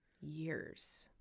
years